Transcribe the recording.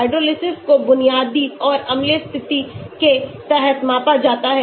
hydrolysis को बुनियादी और अम्लीय स्थिति के तहत मापा जाता है